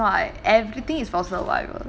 ya that's why everything is for survival